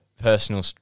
personal